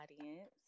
audience